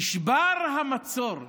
נשבר המצור.